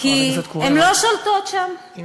כי הן לא שולטות שם חברת הכנסת קורן,